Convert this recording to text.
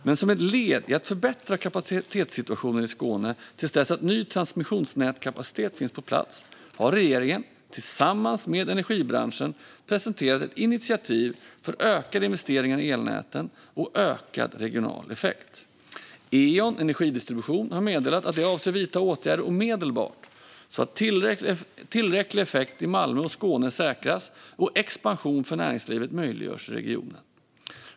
Men som ett led i att förbättra kapacitetssituationen i Skåne till dess att ny transmissionsnätskapacitet finns på plats har regeringen tillsammans med energibranschen presenterat ett initiativ för ökade investeringar i elnäten och ökad regional effekt. Eon Energidistribution har meddelat att de avser att vidta åtgärder omedelbart, så att tillräcklig effekt i Malmö och Skåne säkras och expansion för näringslivet möjliggörs i regionen.